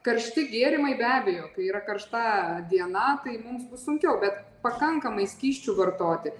karšti gėrimai be abejo kai yra karšta diena tai mums bus sunkiau bet pakankamai skysčių vartoti